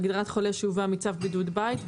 הגדרת חולה שהובאה מצו בידוד בית.